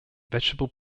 vegetable